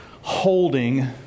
holding